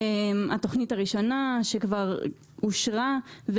התוכנית הראשונה שכבר אושרה,